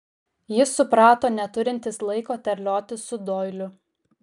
jis suprato neturintis laiko terliotis su doiliu